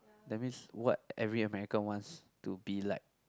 that means what every American wants to be like